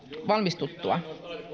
valmistuttua